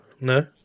No